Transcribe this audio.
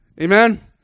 amen